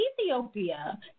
Ethiopia